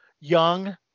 young